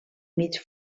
mig